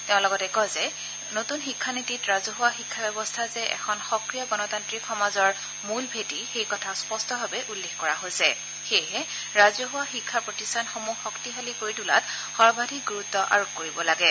তেওঁ লগতে কয় যে নতুন শিক্ষা নীতিত ৰাজহুৱা শিক্ষা ব্যৱস্থা যে এখন সক্ৰিয় গণতান্ত্ৰিক সমাজৰ মূল ভেটি সেই কথা স্পষ্টভাৱে উল্লেখ কৰা হৈছে সেয়েহে ৰাজহুৱা শিক্ষা প্ৰতিষ্ঠানসমূহ শক্তিশালী কৰি তোলাত সৰ্বাধিক গুৰুত্ব আৰোপ কৰিব লাগে